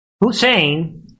Hussein